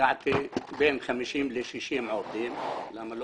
הגעתי היום לבין 50 ל-60 עובדים כי לא